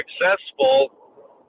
successful